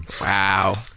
wow